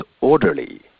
orderly